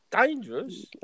Dangerous